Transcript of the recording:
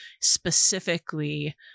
specifically